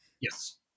Yes